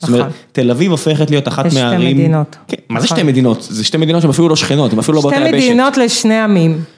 זאת אומרת, תל אביב הופכת להיות אחת מהערים. זה שתי מדינות. כן, מה זה שתי מדינות? זה שתי מדינות שהן אפילו לא שכנות, הן אפילו לא באותה היבשת. שתי מדינות לשני עמים.